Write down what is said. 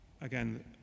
again